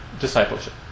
discipleship